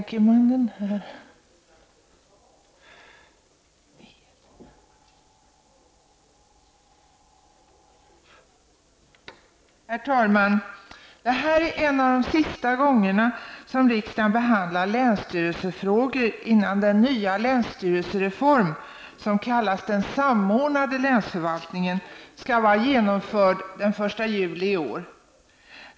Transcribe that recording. Herr talman! Detta är en av de sista gångerna riksdagen behandlar länsstyrelsefrågor innan den nya länsstyrelsereform som kallas den samordnade länsförvaltningen genomförs den 1 juli i år.